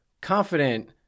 confident